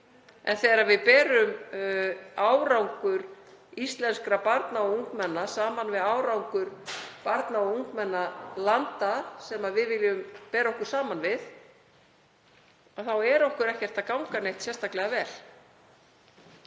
En þegar við berum árangur íslenskra barna og ungmenna saman við árangur barna og ungmenna landa sem við viljum bera okkur saman við þá gengur okkur ekkert sérstaklega vel.